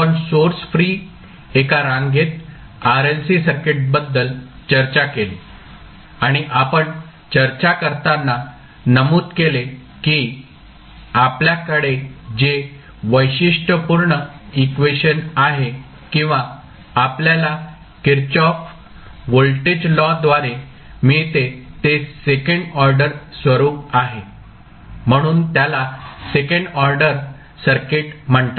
आपण source free एका रांगेत RLC सर्किट बद्दल चर्चा केली आणि आपण चर्चा करताना नमूद केले की आपल्याकडे जे वैशिष्ट्यपूर्ण इक्वेशन आहे किंवा आपल्याला किर्चॉफ्स व्होल्टेज लॉ द्वारे मिळते ते सेकंड ऑर्डर स्वरूप आहे म्हणून त्याला सेकंड ऑर्डर सर्किट म्हणतात